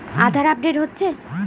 আধার update হচ্ছে?